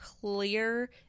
clear